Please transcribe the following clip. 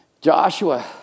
Joshua